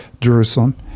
Jerusalem